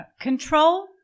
Control